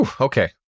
Okay